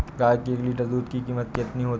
गाय के एक लीटर दूध की कीमत कितनी है?